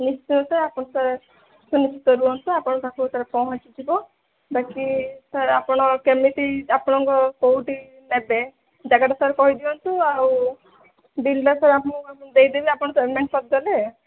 ନିଶ୍ଚୟ ସାର୍ ଆପଣ ସାର୍ ସୁନିଶ୍ଚିନ୍ତ ରୁହନ୍ତୁ ଆପଣଙ୍କ ପାଖକୁ ସାର୍ ପହଞ୍ଚିଯିବ ବାକି ସାର୍ ଆପଣ କେମିତି ଆପଣଙ୍କ କେଉଁଠି ନେବେ ଜାଗାଟା ସାର୍ କହି ଦିଅନ୍ତୁ ଆଉ ବିଲ୍ ଟା ସାର୍ ମୁଁ ଆପଣଙ୍କୁ ଦେଇଦେବି ଆପଣ ପେମେଣ୍ଟ କରିଦେବେ